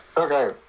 okay